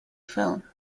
film